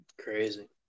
Crazy